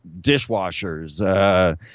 dishwashers